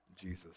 Jesus